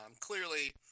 Clearly